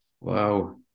Wow